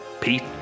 Pete